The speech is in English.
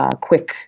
quick